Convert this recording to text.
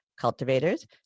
cultivators